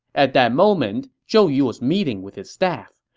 at that moment, zhou yu was meeting with his staff.